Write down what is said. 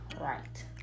right